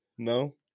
No